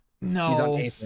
No